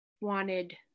wanted